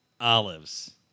olives